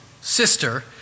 sister